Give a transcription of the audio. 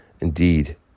Indeed